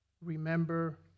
remember